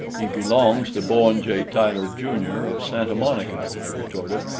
he belongs to bowen j. tyler, jr, of santa monica, i retorted,